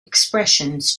expressions